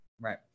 Right